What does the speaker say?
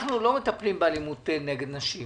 אנחנו לא מטפלים באלימות נגד נשים.